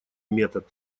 метод